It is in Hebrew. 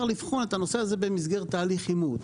לבחון את הנושא הזה במסגרת תהליך אימות.